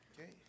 Okay